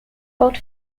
both